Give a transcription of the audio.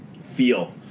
feel